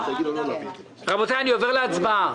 רבותי, אני עובר להצבעה.